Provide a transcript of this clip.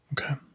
Okay